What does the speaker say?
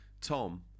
Tom